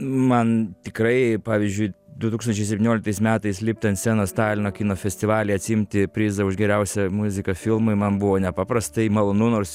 man tikrai pavyzdžiui du tūkstančiai septynioliktais metais lipti ant scenos talino kino festivalyje atsiimti prizą už geriausią muziką filmui man buvo nepaprastai malonu nors